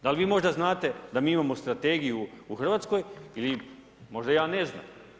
Da li vi možda znate da mi imamo strategiju u RH ili možda ja ne znam.